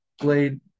played